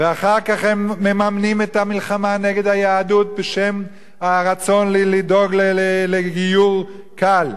אחר כך הם מממנים את המלחמה נגד היהדות בשם הרצון לדאוג לגיור קל.